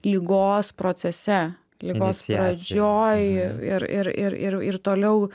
ligos procese ligos pradžioj ir ir ir ir toliau